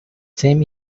same